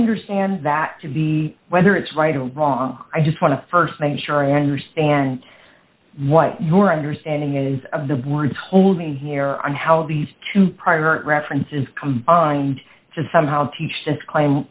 understand that to be whether it's right or wrong i just want to st make sure i understand what your understanding is of the words hold me here on how these two prior references combined to somehow teach this claim